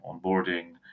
onboarding